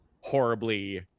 horribly